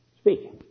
speak